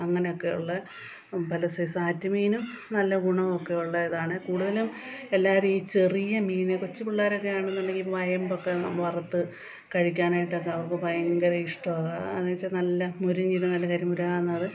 അങ്ങനെയൊക്കെയുള്ള പല സൈസ് ആറ്റ് മീനും നല്ല ഗുണമൊക്കെയുള്ള ഇതാണെ കൂടുതലും എല്ലാവരും ഈ ചെറിയ മീൻ കൊച്ചു പിള്ളേരൊക്കെ ആണെന്നുണ്ടെങ്കിൽ വയമ്പൊക്കെ വറുത്ത് കഴിക്കാനായിട്ടൊക്കെ അവർക്ക് ഭയങ്കര ഇഷ്ടമാണ് എന്നു വെച്ചാൽ നല്ല മൊരിഞ്ഞ നല്ല കരിമുരാന്നത്